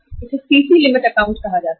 इसे CC limit खाता कहते हैं